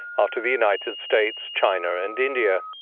after the united states, china and india.